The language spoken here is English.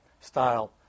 style